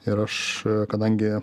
ir aš kadangi